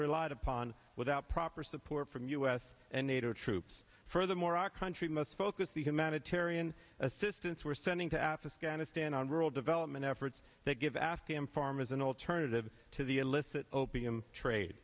relied upon without proper support from u s and nato troops furthermore our country must focus the humanitarian assistance we're sending to afghanistan and rural development efforts that give afghan farmers an alternative to the illicit opium trade